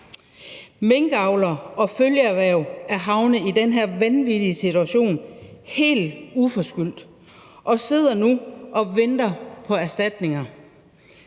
Minkavlere og følgeerhverv er havnet i den her vanvittige situation helt uforskyldt og sidder nu og venter på erstatninger.